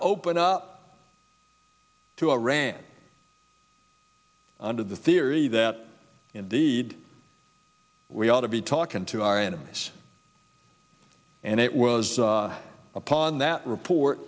open up to iran under the theory that indeed we ought to be talking to our enemies and it was the upon that report